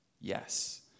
Yes